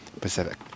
Pacific